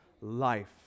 life